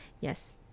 yes